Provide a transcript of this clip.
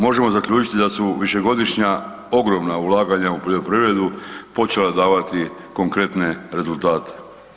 Možemo zaključiti da su višegodišnja ogromna ulaganja u poljoprivredu počela davati konkretne rezultate.